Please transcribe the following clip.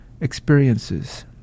experiences